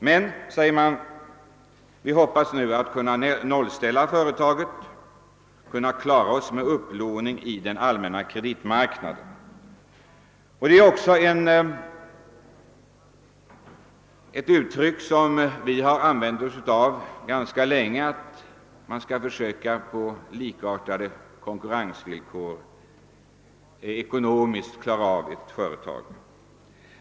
Men, har man tillfogat, vi hoppas nu att kunna nollställa företaget och klara oss med upplåning på den allmänna kreditmarknaden. Detta är också vad vi ganska länge framhållit att man på likartade ekonomiska vill kor som andra företag bör försöka driva detta företag.